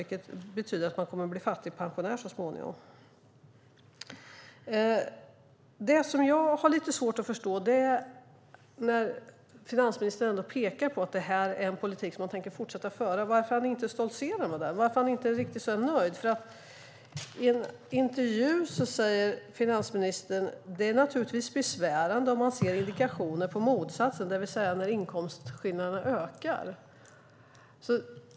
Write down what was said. Det betyder att man kommer att bli fattig pensionär så småningom. Finansministern pekar på att det här är en politik som han tänker fortsätta att föra. Varför stoltserar han inte med det? Varför är han inte riktigt nöjd? I en intervju säger finansministern: Det är naturligtvis besvärande om man ser indikationer på motsatsen, det vill säga att inkomstskillnaderna ökar.